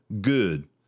good